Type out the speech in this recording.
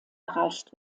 erreicht